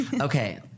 Okay